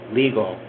legal